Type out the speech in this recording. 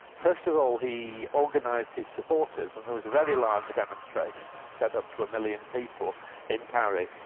first of all he organised his supporters, and there was a very large demonstration, it's said up to a million people in paris,